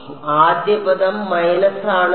അതിനാൽ ആദ്യ പദം മൈനസ് ആണ്